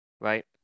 Right